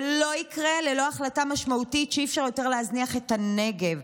וזה לא יקרה ללא החלטה משמעותית שאי-אפשר יותר להזניח את הנגב.